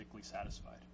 satisfied